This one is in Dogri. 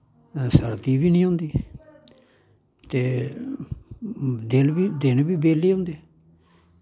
सर्दी बी निं होंदी ते दिल दिन बी बेह्ल्ले होंदे